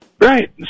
Right